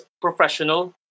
professional